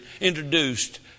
introduced